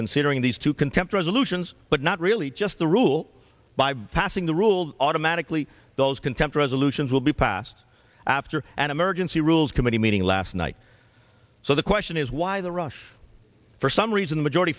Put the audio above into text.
considering these two contempt resolutions but not really just the rule by passing the rule automatically those contempt resolutions will be passed after an emergency rules committee meeting last night so the question is why the rush for some reason the majority